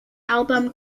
album